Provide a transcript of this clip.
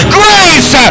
grace